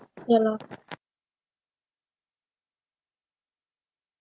ya lor